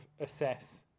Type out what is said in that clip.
assess